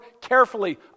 carefully